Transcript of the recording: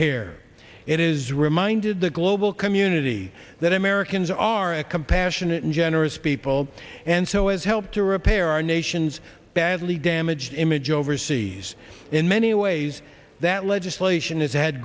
care it is reminded the global community that americans are a compassionate and generous people and so as help to repair our nation's badly damaged image overseas in many ways that legislation has had